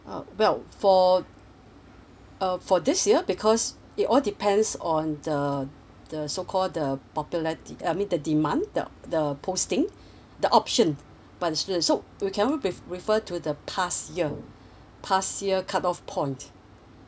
uh well for uh for this year because it all depends on the the so call the popular de~ I mean the demand the the posting the option bunch of student so we cannot re~ refer to the past year past year cutoff point